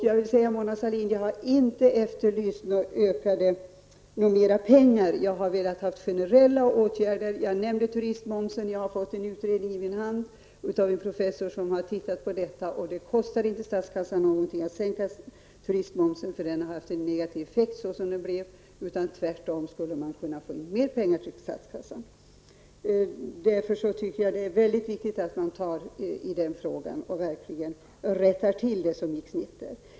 Jag vill säga till Mona Sahlin att jag inte har efterlyst mer pengar -- jag har velat ha till stånd generella åtgärder. Jag nämnde turistmomsen. Jag har i min hand fått en utredning av en professor som har tittat närmare på detta: Det kostar inte statskassan någonting att sänka turistmomsen -- den har haft en negativ effekt, såsom den blev. Man skulle på det sättet tvärtom kunna få in mer pengar till statskassan. Därför tycker jag att det är viktigt att man tar tag i den frågan och rättar till det som gick snett.